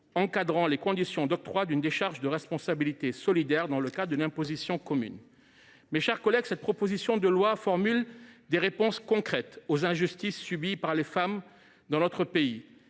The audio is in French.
encadrant les conditions d’octroi d’une décharge de responsabilité solidaire, dans le cadre d’une imposition commune. Mes chers collègues, cette proposition de loi apporte des réponses concrètes aux injustices subies par les femmes dans notre pays.